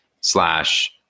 slash